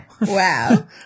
Wow